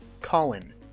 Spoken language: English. Colin